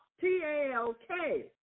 T-A-L-K